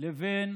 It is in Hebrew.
לבין